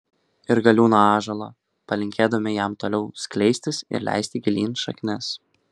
ir galiūną ąžuolą palinkėdami jam toliau skleistis ir leisti gilyn šaknis